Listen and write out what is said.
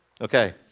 Okay